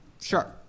Sure